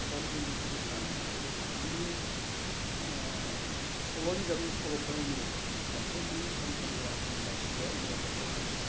हादाननि लिरगिरि होन्नानै आर बे हादाननि सल' बिजाबनि सल'फोरनि मोनसे मोन्नै सम सम गवाहाटि इउनिभारसिटिया एमए कर्सआव होयो